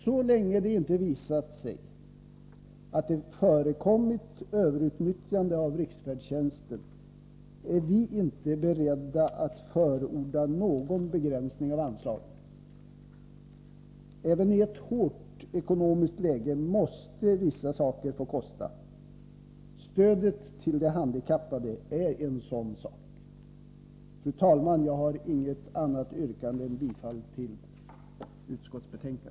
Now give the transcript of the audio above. Så länge det inte visats att det förekommit överutnyttjande av riksfärdtjänsten är vi inte beredda att förorda någon begränsning av anslagen. Även i ett hårt ekonomiskt läge måste vissa saker få kosta — stödet till de handikappade är en sådan sak. Fru talman! Jag har inget annat yrkande än bifall till utskottets hemställan.